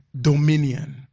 dominion